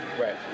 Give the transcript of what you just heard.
Right